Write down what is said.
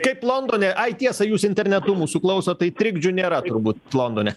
kaip londone ai tiesa jūs internetu mūsų klausot tai trikdžių nėra turbūt londone